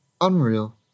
Unreal